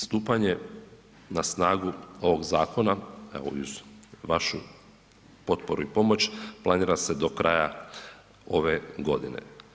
Stupanje na snagu ovog zakona kao i uz vašu potporu i pomoć, planira se do kraja ove godine.